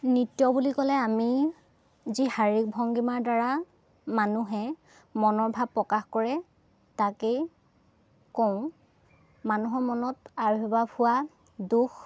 নৃত্য বুলি ক'লে আমি যি শাৰীৰিক ভংগীমাৰ দ্বাৰা মানুহে মনৰ ভাৱ প্ৰকাশ কৰে তাকেই কওঁ মানুহৰ মনত আবিৰ্ভাৱ হোৱা দুখ